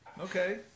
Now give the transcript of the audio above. Okay